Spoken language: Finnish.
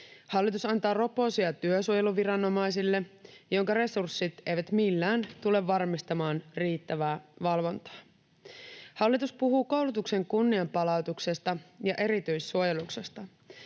Hallitus antaa roposia työsuojeluviranomaisille, joiden resurssit eivät millään tule varmistamaan riittävää valvontaa. Hallitus puhuu koulutuksen kunnianpalautuksesta ja erityissuojeluksesta.